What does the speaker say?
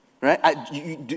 right